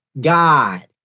God